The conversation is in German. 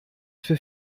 für